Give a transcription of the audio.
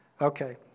Okay